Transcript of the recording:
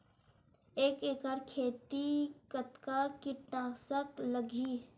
एक एकड़ खेती कतका किट नाशक लगही?